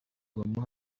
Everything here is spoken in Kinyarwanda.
bamuha